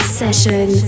session